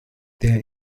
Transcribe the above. there